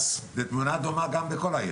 ותמונה דומה גם בכל העיר.